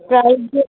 price